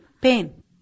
pain